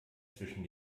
zwischen